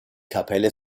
kapelle